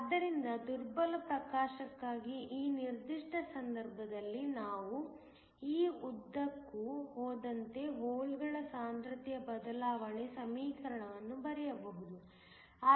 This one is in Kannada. ಆದ್ದರಿಂದ ದುರ್ಬಲ ಪ್ರಕಾಶಕ್ಕಾಗಿ ಈ ನಿರ್ದಿಷ್ಟ ಸಂದರ್ಭದಲ್ಲಿ ನಾವು ಈ ಉದ್ದಕ್ಕೂ ಹೋದಂತೆ ಹೋಲ್ಗಳ ಸಾಂದ್ರತೆಯ ಬದಲಾವಣೆಗೆ ಸಮೀಕರಣವನ್ನು ಬರೆಯಬಹುದು